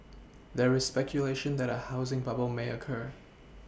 there is speculation that a housing bubble may occur